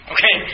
Okay